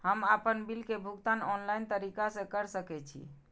हम आपन बिल के भुगतान ऑनलाइन तरीका से कर सके छी?